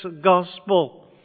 gospel